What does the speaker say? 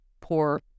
poor